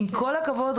עם כל הכבוד,